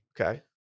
Okay